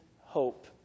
hope